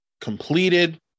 completed